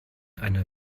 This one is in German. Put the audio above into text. einer